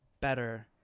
better